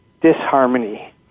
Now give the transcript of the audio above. disharmony